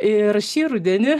ir šį rudenį